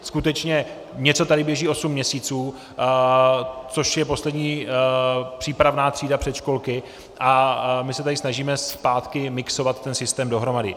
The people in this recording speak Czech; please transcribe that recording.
Skutečně něco tady běží osm měsíců, což je poslední přípravná třída předškolky, a my se tady snažíme zpátky mixovat ten systém dohromady.